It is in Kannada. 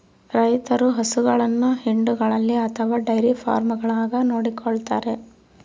ರೈತರು ಹಸುಗಳನ್ನು ಹಿಂಡುಗಳಲ್ಲಿ ಅಥವಾ ಡೈರಿ ಫಾರ್ಮ್ಗಳಾಗ ನೋಡಿಕೊಳ್ಳುತ್ತಾರೆ